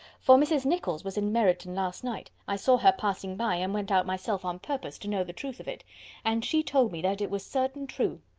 for mrs. nicholls was in meryton last night i saw her passing by, and went out myself on purpose to know the truth of it and she told me that it was certain true.